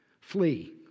flee